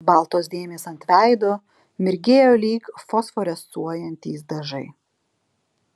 baltos dėmės ant veido mirgėjo lyg fosforescuojantys dažai